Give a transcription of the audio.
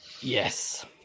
Yes